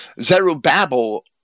Zerubbabel